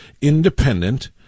independent